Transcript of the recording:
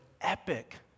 epic